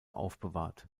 aufbewahrt